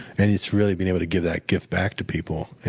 and it's really being able to give that gift back to people,